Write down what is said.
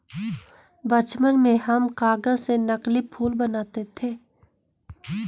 बचपन में हम कागज से नकली फूल बनाते थे